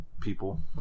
people